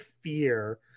fear